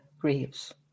grieves